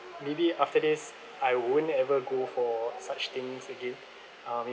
maybe after this I won't ever go for such things again uh